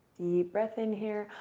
deep breath in here.